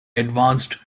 advanced